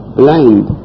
blind